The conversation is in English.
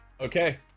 Okay